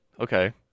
Okay